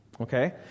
Okay